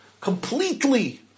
completely